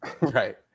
Right